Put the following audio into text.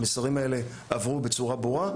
המסרים האלה עברו בצורה ברורה,